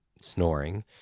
snoring